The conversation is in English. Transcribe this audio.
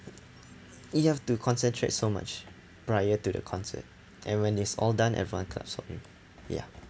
you have to concentrate so much prior to the concert and when it's all done everyone claps for you ya